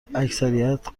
اکثریت